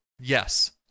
yes